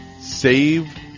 Save